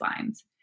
lines